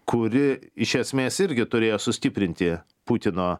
kuri iš esmės irgi turėjo sustiprinti putino